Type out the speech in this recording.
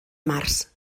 març